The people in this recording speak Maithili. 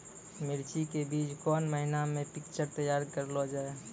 मिर्ची के बीज कौन महीना मे पिक्चर तैयार करऽ लो जा?